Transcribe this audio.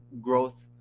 growth